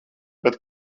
bet